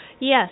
yes